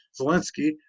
Zelensky